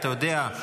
אתה יודע,